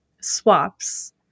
swaps